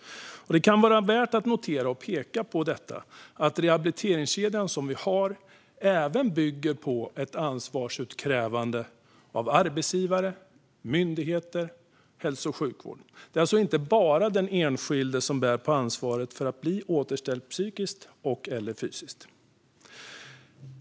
Det kan vara värt att notera och peka på att den rehabiliteringskedja som vi har även bygger på ett ansvarsutkrävande av arbetsgivare, myndigheter och hälso och sjukvård. Det är alltså inte bara den enskilde som bär på ansvaret för att bli återställd psykiskt eller fysiskt.